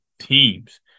teams